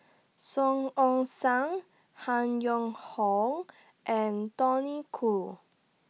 Song Ong Siang Han Yong Hong and Tony Khoo